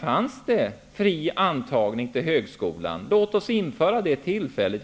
hade vi en fri antagning till högskolan. Låt oss införa det tillfälligt.